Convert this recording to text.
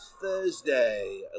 Thursday